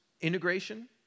integration